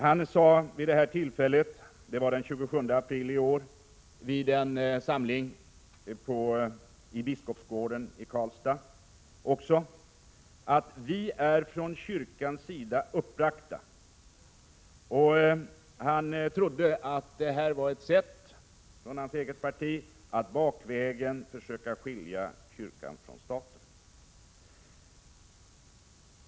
Han sade också vid detta tillfälle, den 28 april i år, vid en samling i biskopsgården i Karlstad: ”Vi är från kyrkans sida uppbragta.” Han trodde att detta var ett försök av hans eget parti att bakvägen försöka skilja kyrkan från staten.